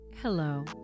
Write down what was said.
Hello